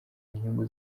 nyungu